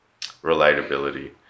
relatability